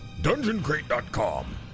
dungeoncrate.com